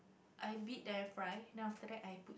I beat then I fry then after I